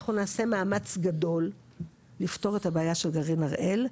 אנחנו נעשה מאמץ גדול לפתור את הבעיה של גרעין הראל,